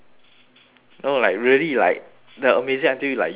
no like really like the amazing until like you want to cry